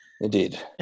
indeed